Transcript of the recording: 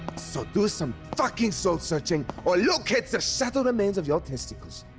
so do some fucking soul searching or locate ze shattered remains of your testicles,